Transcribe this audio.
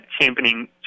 championing